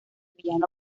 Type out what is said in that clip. villano